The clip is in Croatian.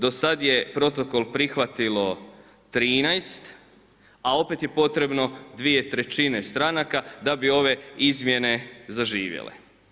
Do sada je protokol prihvatilo 13, a opet je potrebno 2/3 stranaka da bi ove izmjene zaživjele.